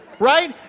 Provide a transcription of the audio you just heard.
right